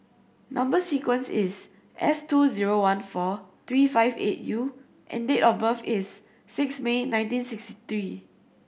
number sequence is S two zero one four three five eight U and date of birth is six May nineteen sixty three